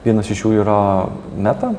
vienas iš jų yra meta